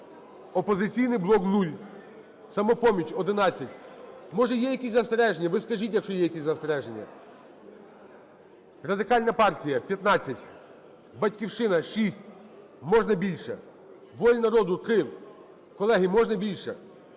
"Опозиційний блок" – 0, "Самопоміч" – 11. Може є якісь застереження? Ви скажіть, якщо є якісь застереження. Радикальна партія – 15, "Батьківщина" – 6. Можна більше! "Воля народу" – 3. Колеги, можна більше.